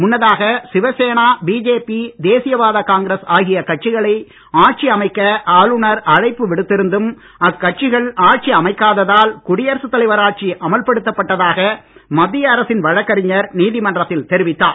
முன்னதாக சிவசேனை பிஜேபி தேசியவாத காங்கிரஸ் ஆகிய கட்சிகளை ஆட்சி அமைக்க ஆளுனர் அழைப்பு விடுத்திருந்தும் அக்கட்சிகள் ஆட்சி அமைக்காததால் குடியரசுத் தலைவர் ஆட்சி அமல்படுத்தப்பட்டதாக மத்திய அரசின் வழக்கறிஞர் நீதிமன்றத்தில் தெரிவித்தார்